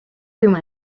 through